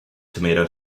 tomato